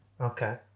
okay